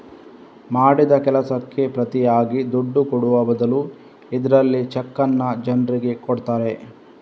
ಮಾಡಿದ ಕೆಲಸಕ್ಕೆ ಪ್ರತಿಯಾಗಿ ದುಡ್ಡು ಕೊಡುವ ಬದಲು ಇದ್ರಲ್ಲಿ ಚೆಕ್ಕನ್ನ ಜನ್ರಿಗೆ ಕೊಡ್ತಾರೆ